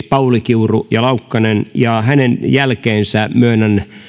pauli kiuru ja laukkanen ja heidän jälkeensä myönnän